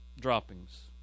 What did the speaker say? droppings